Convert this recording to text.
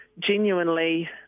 genuinely